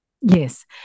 Yes